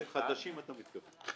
שקלים חדשים אתה מתכוון.